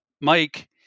Mike